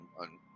on